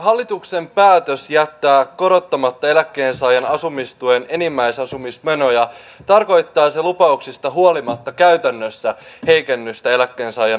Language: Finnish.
hallituksen päätös jättää korottamatta eläkkeensaajan asumistuen enimmäisasumismenoja tarkoittaisi lupauksista huolimatta käytännössä heikennystä eläkkeensaajan asumistukeen